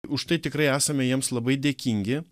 už tai tikrai esame jiems labai dėkingi